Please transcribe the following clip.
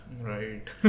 Right